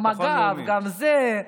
גם מג"ב, גם זה.